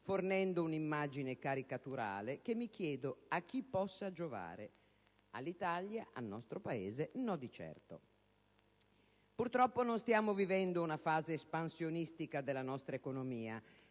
fornendo un'immagine caricaturale che mi chiedo a chi possa giovare: all'Italia, al nostro Paese, no di certo. Purtroppo, non stiamo vivendo una fase di espansione della nostra economia: